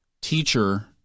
teacher